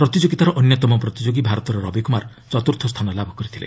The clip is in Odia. ପ୍ରତିଯୋଗିତାର ଅନ୍ୟତମ ପ୍ରତିଯୋଗୀ ଭାରତର ରବିକୁମାର ଚତ୍ରୁର୍ଥ ସ୍ଥାନ ଲାଭ କରିଥିଲେ